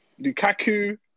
Lukaku